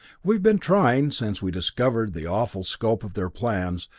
we have been trying, since we discovered the awful scope of their plans,